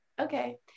okay